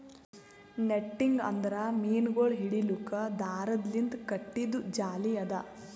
netting ಅಂದುರ್ ಮೀನಗೊಳ್ ಹಿಡಿಲುಕ್ ದಾರದ್ ಲಿಂತ್ ಕಟ್ಟಿದು ಜಾಲಿ ಅದಾ